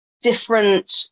different